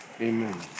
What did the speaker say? amen